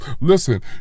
Listen